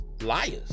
liars